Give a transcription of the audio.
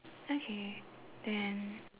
okay then